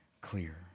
clear